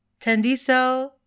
Tendiso